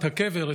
את הקבר,